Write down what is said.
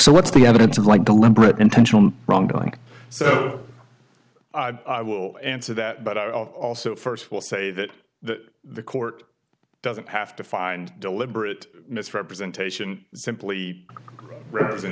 so what's the evidence of like deliberate intentional wrongdoing so i will answer that but i also first will say that that the court doesn't have to find deliberate misrepresentation simply r